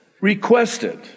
requested